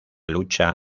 lucha